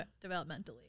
developmentally